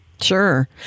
Sure